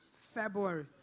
February